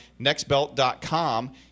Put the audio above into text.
nextbelt.com